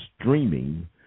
streaming